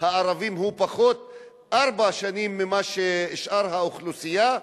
הערבים הוא ארבע שנים פחות מזה של שאר האוכלוסייה?